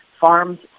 farms